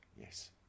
Yes